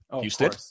Houston